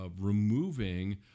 removing